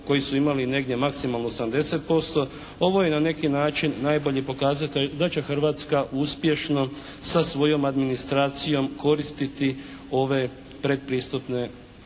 koji su imali negdje maksimalno 70% ovo je na neki način najbolji pokazatelj da će Hrvatska uspješno sa svojom administracijom koristiti ove predpristupne fondove